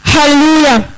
Hallelujah